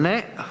Ne.